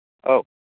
औ